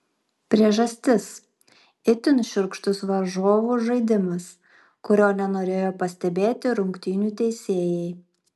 priežastis itin šiurkštus varžovų žaidimas kurio nenorėjo pastebėti rungtynių teisėjai